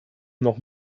noch